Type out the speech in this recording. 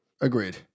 Agreed